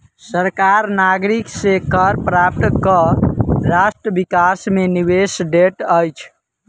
सरकार नागरिक से कर प्राप्त कय राष्ट्र विकास मे निवेश दैत अछि